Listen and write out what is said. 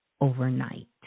overnight